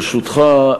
ברשותך,